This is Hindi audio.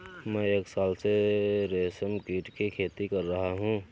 मैं एक साल से रेशमकीट की खेती कर रहा हूँ